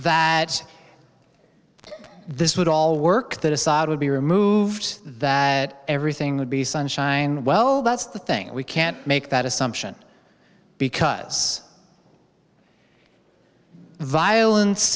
that this would all work that assad would be removed that everything would be sunshine well that's the thing we can't make that assumption because violence